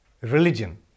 Religion